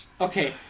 Okay